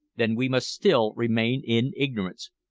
then we must still remain in ignorance,